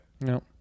No